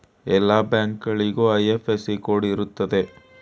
ಎಲ್ಲ ಬ್ಯಾಂಕ್ಗಳಿಗೂ IFSC code ಇರ್ತದೆ